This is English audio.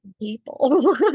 people